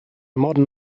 modern